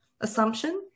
assumption